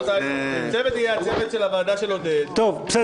הצוות יהיה הצוות של הוועדה של עודד פורר.